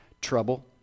Trouble